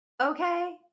okay